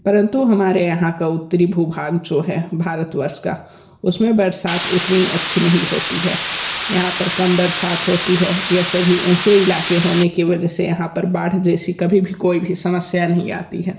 परंतु हमारे यहाँ का उत्तरी भू भाग जो है भारतवर्ष का उसमें बरसात उतनी अच्छी नहीं होती है यहाँ पर काम बरसात होती है यह सभी ऊँचे इलाक़े होने के वजह से यहाँ पर बाढ़ जैसी कभी भी कोई भी समस्या नहीं आती है